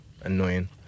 Annoying